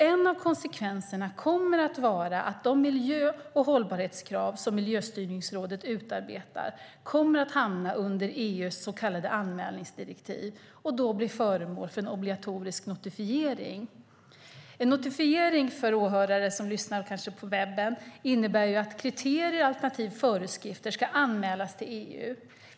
En av konsekvenserna blir att de miljö och hållbarhetskrav som Miljöstyrningsrådet utarbetar kommer att hamna under EU:s så kallade anmälningsdirektiv och därmed bli föremål för obligatorisk notifiering. Låt mig förklara för åhörare som kanske lyssnar via webben att notifiering innebär att kriterier alternativt föreskrifter ska anmälas till EU.